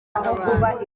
abantu